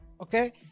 okay